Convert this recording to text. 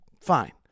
fine